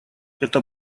это